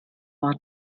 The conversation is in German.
war